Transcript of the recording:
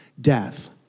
death